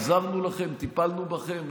עזרנו לכם וטיפלנו בכם.